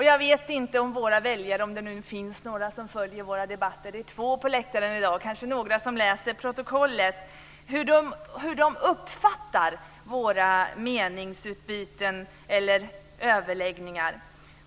Jag vet inte hur våra väljare - om det finns några som följer våra debatter, i dag finns bara två på läktaren, och några kanske läser protokollet - uppfattar våra meningsutbyten eller överläggningar.